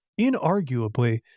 inarguably